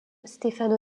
stefano